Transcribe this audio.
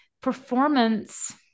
performance